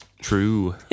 True